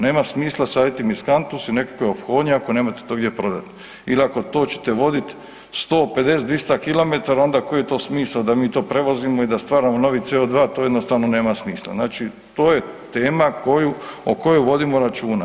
Nema smisla saditi miskantus i nekakve ophodnje ako nemate to gdje prodati ili ako to ćete voditi 150, 200 km, onda koji je to smisao da mi to prevozimo i da stvaramo novi CO2, to jednostavno nema smisla, znači to je tema o kojoj vodimo računa.